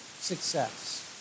success